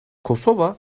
kosova